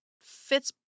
fits